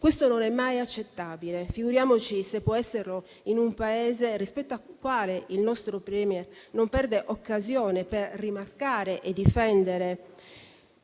Questo non è mai accettabile, figuriamoci se può esserlo in un Paese con il quale il nostro *Premier* non perde occasione per rimarcare e difendere